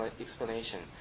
explanation